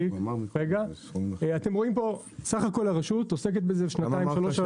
הכול הרשות עוסקת בזה שנתיים, שלוש.